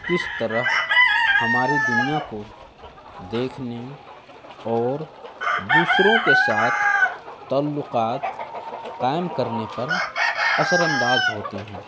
کس طرح ہماری دنیا کو دیکھنے اور دوسروں کے ساتھ تعلقات قائم کرنے پر اثرانداز ہوتے ہیں